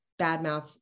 badmouth